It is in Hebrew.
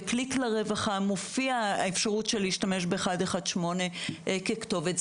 ב"קליק לרווחה" מופיעה האפשרות של להשתמש ב-118 ככתובת.